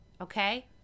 Okay